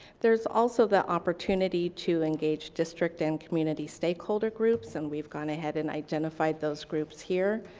there's also the opportunity to engage district and community stakeholder groups and we've gone ahead and identified those groups here.